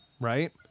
right